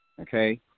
okay